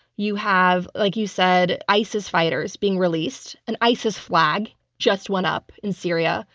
you have, like you said, isis fighters being released. an isis flag just went up in syria.